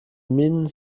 minh